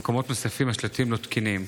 במקומות נוספים השלטים לא תקינים.